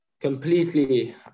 completely